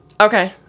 Okay